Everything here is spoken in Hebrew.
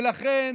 ולכן